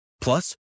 Plus